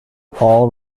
all